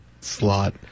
slot